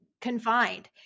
confined